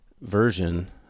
version